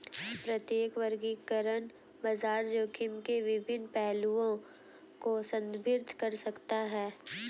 प्रत्येक वर्गीकरण बाजार जोखिम के विभिन्न पहलुओं को संदर्भित कर सकता है